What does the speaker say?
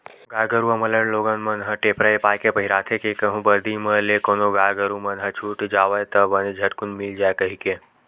गाय गरुवा मन ल लोगन मन ह टेपरा ऐ पाय के पहिराथे के कहूँ बरदी म ले कोनो गाय गरु मन ह छूट जावय ता बने झटकून मिल जाय कहिके